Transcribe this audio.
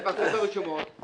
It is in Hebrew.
זה מתפרסם ברשומות,